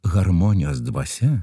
harmonijos dvasia